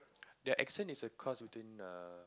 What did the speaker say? their accent is a cross between the